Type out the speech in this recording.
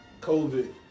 COVID